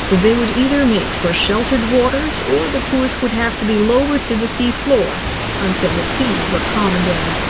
they would either make for sheltered waters, or the kursk would have to be lowered to the seafloor until the seas were calm again.